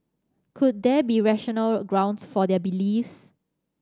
could there be rational grounds for their beliefs